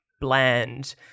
bland